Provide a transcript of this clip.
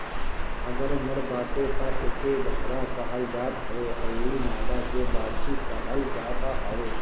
अगर नर बाटे तअ एके बछड़ा कहल जात हवे अउरी मादा के बाछी कहल जाता हवे